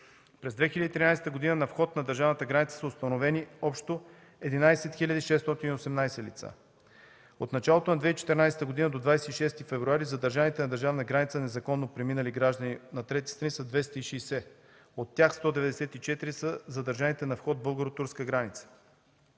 През 2013 г. на вход на държавната граница са установени общо 11 618 лица. От началото на 2014 г. до 26 февруари задържаните на държавната граница незаконно преминали граждани на трети страни са 260. От тях 194 са задържаните на вход българо-турска граница.